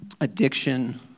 addiction